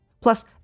Plus